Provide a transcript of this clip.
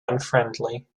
unfriendly